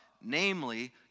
namely